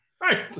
Right